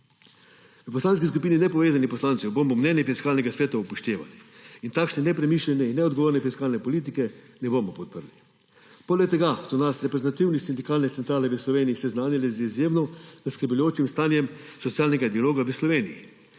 V Poslanski skupini nepovezanih poslancev bomo mnenje Fiskalnega sveta upoštevali in takšne nepremišljene in neodgovorne fiskalne politike ne bomo podprli. Poleg tega so nas reprezentativne sindikalne centrale v Sloveniji seznanile z izjemno zaskrbljujočim stanjem socialnega dialoga v Sloveniji